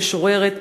משוררת,